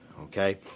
Okay